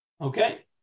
Okay